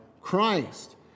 Christ